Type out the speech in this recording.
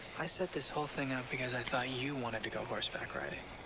i set this whole thing up. because i thought you wanted to go horseback riding,